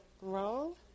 wrong